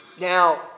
Now